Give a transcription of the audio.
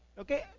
okay